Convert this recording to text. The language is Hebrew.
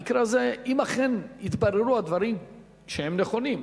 אם אכן יתברר שהדברים נכונים,